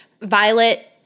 Violet